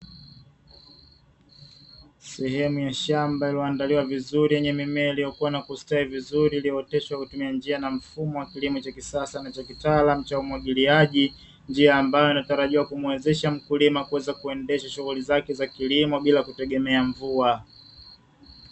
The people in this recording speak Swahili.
Sehemu ya shamba iliyoandaliwa vizuri yenye mimea, iliyokua na kustawi vizuri iliyooteshwa kutumia njia na mfumo wa kilimo cha kisasa na cha kitaalamu cha umwagiliaji, njia ambayo inatarajiwa kumwezesha mkulima kuweza kuendesha shughuli zake za kilimo bila kutegemea mvua.